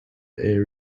air